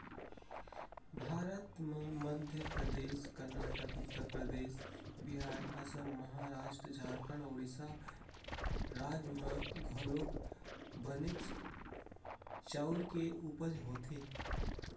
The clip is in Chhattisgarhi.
भारत म मध्य परदेस, करनाटक, उत्तर परदेस, बिहार, असम, महारास्ट, झारखंड, ओड़ीसा राज म घलौक बनेच चाँउर के उपज होथे